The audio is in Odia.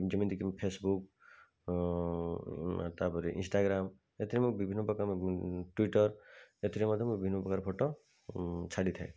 ଯେମିତିକି ମୁଁ ଫେସବୁକ୍ ତା'ପରେ ଇନ୍ଷ୍ଟାଗ୍ରାମ୍ ଏଥିରେ ମୁଁ ବିଭିନ୍ନ ପ୍ରକାର ତା'ପରେ ଟ୍ୱିଟର୍ ଏଥିରେ ମଧ୍ୟ ମୁଁ ବିଭନ୍ନ ପ୍ରକାର ଫଟୋ ଛାଡ଼ିଥାଏ